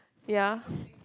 ya